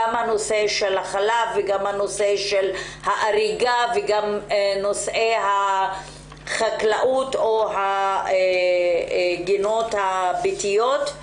גם החלב, גם האריגה וגם החקלאות והגינות הביתיות.